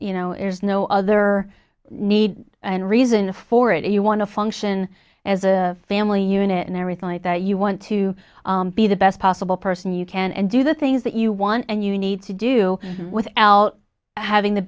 you know there's no other need and reason for it if you want to function as a family unit and everything like that you want to be the best possible person you can and do the things that you want and you need to do without having the